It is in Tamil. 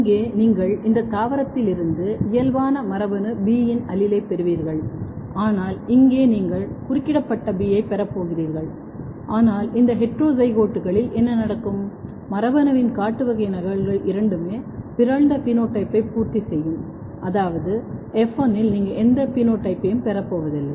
இங்கே நீங்கள் இந்த தாவரத்திலிருந்து இயல்பான மரபணு B யின் அலீலைப் பெறுவீர்கள் ஆனால் இங்கே நீங்கள் குறுக்கிடப்பட்ட B யைப் பெறப்போகிறீர்கள் ஆனால் இந்த ஹீட்டோரோசைகோட்களில் என்ன நடக்கும் மரபணுவின் காட்டு வகை நகல்கள் இரண்டுமே பிறழ்ந்த பினோடைப்பை பூர்த்தி செய்யும் அதாவது எஃப் 1 இல் நீங்கள் எந்த பினோடைப்பையும் பெறப்போவதில்லை